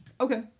Okay